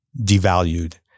devalued